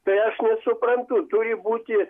tai aš nesuprantu turi būti